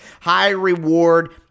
high-reward